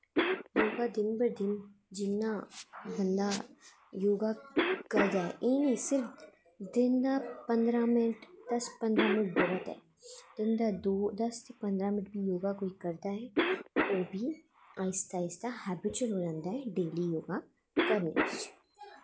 योगा दिन व दिन जि'न्ना बंदा योगा करै एह् सिर्फ दिन दा पंदरां मिंट दस पंदरां मिंट बहोत ऐ ते जे दस पंदरां मिन्ट कोई योगा करदा ऐ ओह् बी आस्ता आस्ता हबिचूअल होई जंदा ऐ डेली योगा करने च